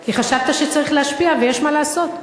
כי חשבת שצריך להשפיע ויש מה לעשות?